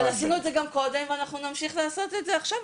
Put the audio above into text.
אבל אנחנו עשינו את זה גם קודם ואנחנו נמשיך לעשות את זה גם עכשיו.